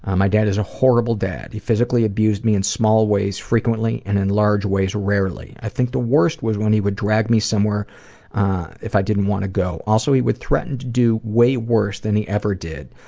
my dad is a horrible dad. he physically abused me in small ways frequently and in large ways rarely. i think the worst was when he would drag me somewhere if i didn't want to go. also, he would threaten to do way worse than he ever did.